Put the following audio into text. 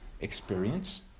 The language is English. experience